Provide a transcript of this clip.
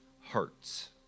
hearts